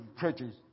churches